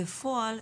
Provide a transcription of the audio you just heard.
בפועל,